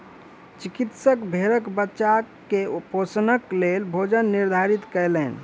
चिकित्सक भेड़क बच्चा के पोषणक लेल भोजन निर्धारित कयलैन